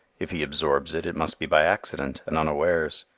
if he absorbs it, it must be by accident, and unawares.